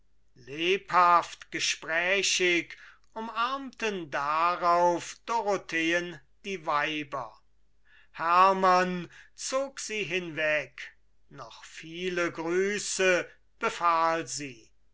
lebhaft gesprächig umarmten darauf dorotheen die weiber hermann zog sie hinweg noch viele grüße befahl sie